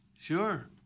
Sure